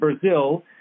Brazil